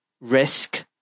risk